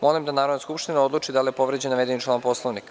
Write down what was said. Molim da Narodna skupština odluči da li je povređen navedeni član poslovnika.